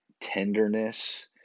tenderness